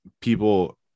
people